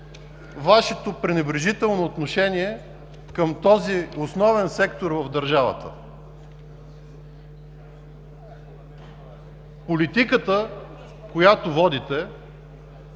Вашето пренебрежително отношение към този основен сектор в държавата. Политиката, която водите,